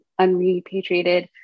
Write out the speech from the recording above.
unrepatriated